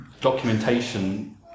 documentation